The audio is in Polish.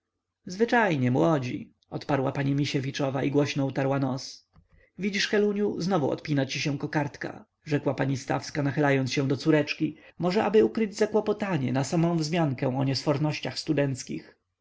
zwyczajnie młodzi odparła pani misiewiczowa i głośno utarła nos widzisz heluniu znowu odpina ci się kokardka rzekła pani stawska nachylając się do córeczki może aby ukryć zakłopotanie na samę wzmiankę o niesfornościach